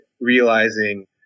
realizing